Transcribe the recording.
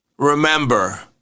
Remember